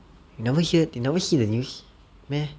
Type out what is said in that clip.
you never hear you never see the news meh